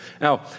Now